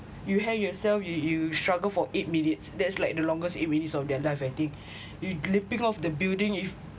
you hang yourself you you struggle for eight minutes that's like the longest eight minutes of their life I think you leaping of the building if